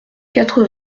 quatre